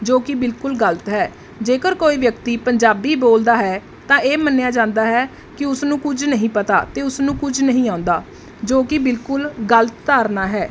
ਜੋ ਕਿ ਬਿਲਕੁਲ ਗਲਤ ਹੈ ਜੇਕਰ ਕੋਈ ਵਿਅਕਤੀ ਪੰਜਾਬੀ ਬੋਲਦਾ ਹੈ ਤਾਂ ਇਹ ਮੰਨਿਆ ਜਾਂਦਾ ਹੈ ਕਿ ਉਸਨੂੰ ਕੁਝ ਨਹੀਂ ਪਤਾ ਅਤੇ ਉਸਨੂੰ ਕੁਝ ਨਹੀਂ ਆਉਂਦਾ ਜੋ ਕਿ ਬਿਲਕੁਲ ਗਲਤ ਧਾਰਨਾ ਹੈ